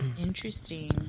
interesting